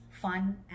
fun